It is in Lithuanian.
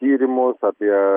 tyrimus apie